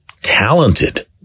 talented